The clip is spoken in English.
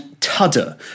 tudder